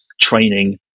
training